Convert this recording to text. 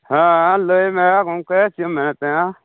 ᱦᱮᱸ ᱞᱟᱹᱭ ᱢᱮ ᱜᱚᱢᱠᱮ ᱪᱮᱫ ᱮᱢ ᱢᱮᱱᱮᱫ ᱛᱟᱦᱮᱱᱟ